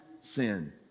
sin